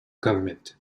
government